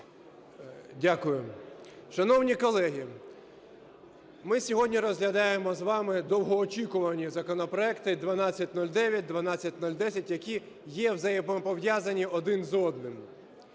Дякую. Шановні колеги, ми сьогодні розглядаємо з вами довгоочікувані законопроекти 1209, 1210, які є взаємопов'язані один з одним.